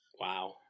Wow